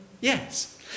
Yes